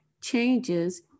changes